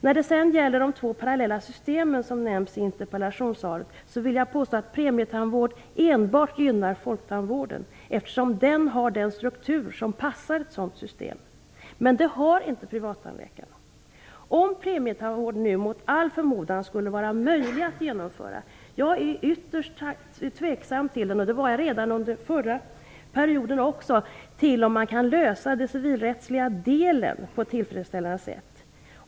När det sedan gäller de två parallella ersättningssystem som nämns i svaret vill jag påstå att premietandvård enbart gynnar folktandvården, eftersom den har en struktur som passar ett sådant system, men den har inte privattandläkarna. Om premietandvård mot all förmodan skulle vara möjlig att genomföra är jag ytterst tveksam - det var jag redan under den förra perioden - till att man kan lösa den civilrättsliga delen på ett tillfredsställande sätt.